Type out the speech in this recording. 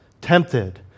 Tempted